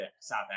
South